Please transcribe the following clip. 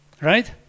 right